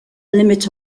limit